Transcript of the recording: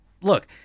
Look